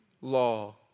law